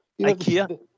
Ikea